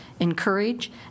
encourage